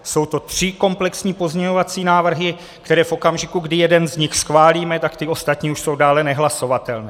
Jsou to tři komplexní pozměňovací návrhy, které v okamžiku, kdy jeden z nich schválíme, tak ty ostatní už jsou dále nehlasovatelné.